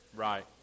Right